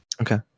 Okay